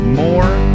more